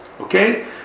Okay